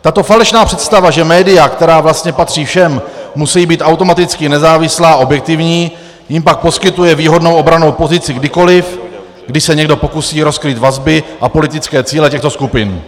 Tato falešná představa, že média, která vlastně patří všem, musí být automaticky nezávislá a objektivní, jim pak poskytuje výhodnou obrannou pozici kdykoliv, kdy se někdo pokusí rozkrýt vazby a politické cíle těchto skupin.